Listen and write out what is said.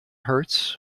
hurts